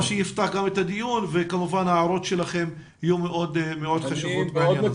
מה שיפתח גם את הדיון וכמובן ההערות שלכם יהיו מאוד חשובות בעניין הזה.